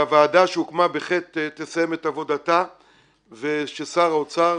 שהוועדה שהוקמה בחטא תסיים את עבודתה וששר האוצר,